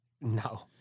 No